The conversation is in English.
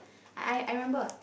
I I remember